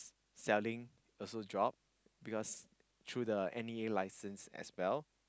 selling also drop because through the N_E_A licence as well